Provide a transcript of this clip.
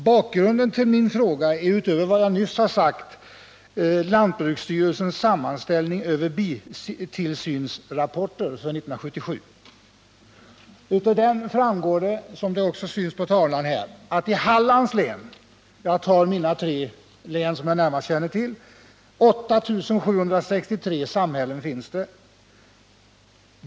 Bakgrunden till min fråga är — utöver vad jag nyss sagt — lantbruksstyrelsens sammanställning över bitillsynsrapporter för 1977. Av den framgår — vilket vi också kan se på kammarens TV-skärm — följande, och jag tar då upp de tre län som jag bäst känner till. I Hallands län finns 8 673 bisamhällen.